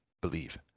believe